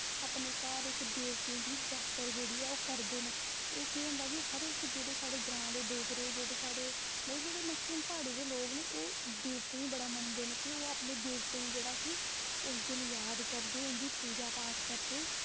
अपने घर इक देवतें दी जात्तर जेह्ड़ी ऐ ओह् करदे न ओह् केह् होंदा कि हर इक जेह्ड़े साढ़े ग्रां दे डोगरे जेह्ड़े साढ़े मतलब जेह्ड़े मैक्सिमम प्हाड़ें दे लोक न ओ देवतें ही बड़ा मनदे न ते ओह् अपने देवतें जेह्ड़ा कि उस दिन याद करदे उंदी पूजा पाठ करदे